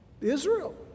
Israel